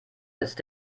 ist